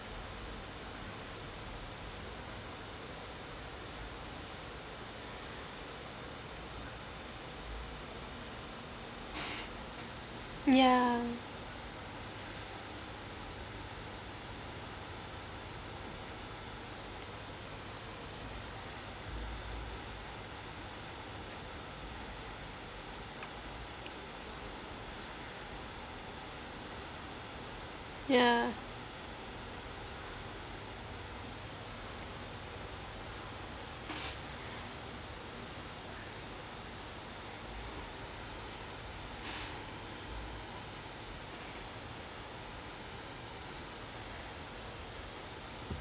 yeah yeah